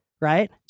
right